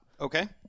Okay